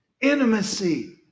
Intimacy